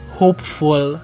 hopeful